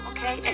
Okay